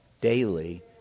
daily